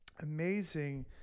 amazing